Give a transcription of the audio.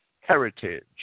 heritage